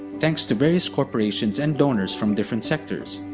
thanks to various corporations and donors from different sectors.